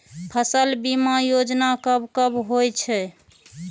फसल बीमा योजना कब कब होय छै?